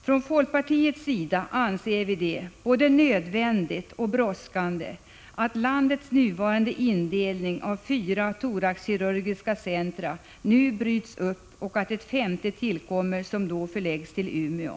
Från folkpartiets sida anser vi det både nödvändigt och brådskande att landets nuvarande indelning på fyra thoraxkirurgiska centra nu bryts upp och att ett femte tillkommer, som då förläggs till Umeå.